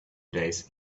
days